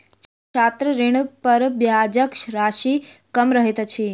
छात्र ऋणपर ब्याजक राशि कम रहैत अछि